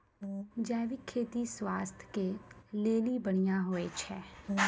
जैविक खेती स्वास्थ्य के लेली बढ़िया होय छै